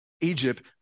Egypt